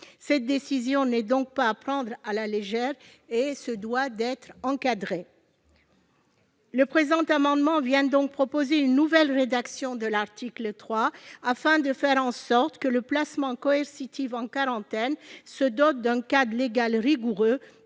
Cette décision n'est donc pas à prendre à la légère et doit être encadrée. Le présent amendement tend donc à proposer une nouvelle rédaction de l'article 3, afin que le placement coercitif en quarantaine se dote d'un cadre légal rigoureux